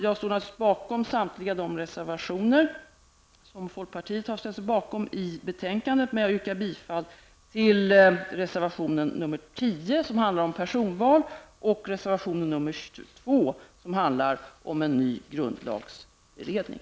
Jag står naturligtvis bakom samtliga de reservationer som folkpartiet har ställt sig bakom i betänkandet, men jag yrkar bifall till reservation nr 10, som handlar om personval, och reservation nr 22, som handlar om en ny grundlagsberedning.